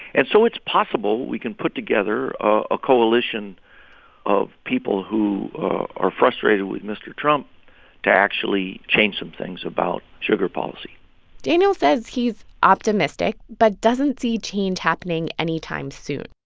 and so it's possible we can put together a coalition of people who are frustrated with mr. trump to actually change some things about sugar policy daniel says he's optimistic but doesn't see change happening anytime soon.